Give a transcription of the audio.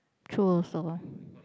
true also ah